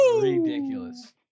ridiculous